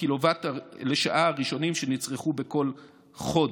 הקילוואט לשעה הראשונים שנצרכו בכל חודש.